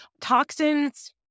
toxins